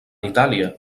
itàlia